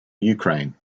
ukraine